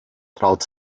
traut